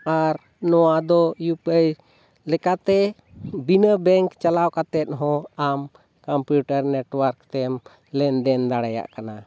ᱟᱨ ᱱᱚᱣᱟ ᱫᱚ U P I ᱞᱮᱠᱟᱛᱮ ᱵᱤᱱᱟᱹ ᱵᱮᱝᱠ ᱪᱟᱞᱟᱣ ᱠᱟᱛᱮᱫ ᱦᱚᱸ ᱟᱢ ᱠᱚᱢᱯᱤᱭᱩᱴᱟᱨ ᱱᱮᱹᱴᱣᱟᱨᱠ ᱛᱮᱢ ᱞᱮᱱᱫᱮᱱ ᱫᱟᱲᱮᱭᱟᱜ ᱠᱟᱱᱟ